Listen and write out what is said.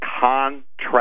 contract